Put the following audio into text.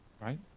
Right